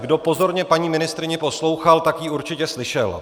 Kdo pozorně paní ministryni poslouchal, tak ji určitě slyšel.